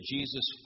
Jesus